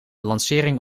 lancering